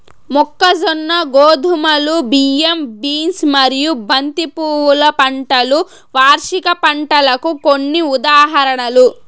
మొక్కజొన్న, గోధుమలు, బియ్యం, బీన్స్ మరియు బంతి పువ్వుల పంటలు వార్షిక పంటలకు కొన్ని ఉదాహరణలు